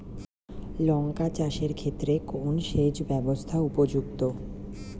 লঙ্কা চাষের ক্ষেত্রে কোন সেচব্যবস্থা উপযুক্ত?